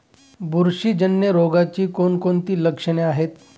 बुरशीजन्य रोगाची कोणकोणती लक्षणे आहेत?